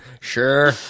Sure